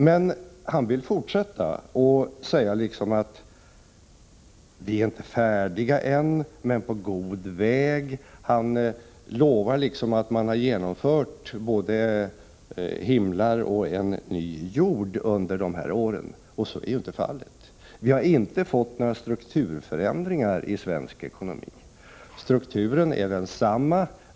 Men han vill fortsätta och säger att vi inte är färdiga än men är på god väg. Han försäkrar att regeringen har skapat både himlar och en ny jord under de här åren, och så är inte fallet. Vi har inte fått några strukturförändringar i svensk ekonomi, utan strukturen är densamma.